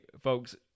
folks